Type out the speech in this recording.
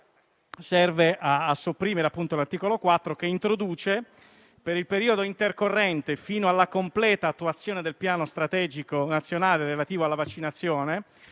mira a sopprimere l'articolo 4 che introduce, per il periodo intercorrente fino alla completa attuazione del piano strategico nazionale relativo alla vaccinazione